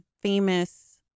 famous